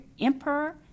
emperor